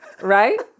Right